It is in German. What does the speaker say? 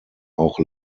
auch